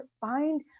find